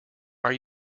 are